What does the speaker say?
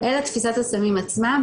אלא תפיסת הסמים עצמה,